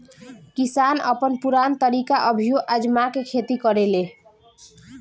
किसान अपन पुरान तरीका अभियो आजमा के खेती करेलें